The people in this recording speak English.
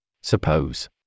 Suppose